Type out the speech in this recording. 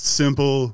simple